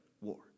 war